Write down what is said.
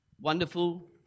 Wonderful